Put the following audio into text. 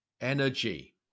energy